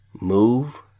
move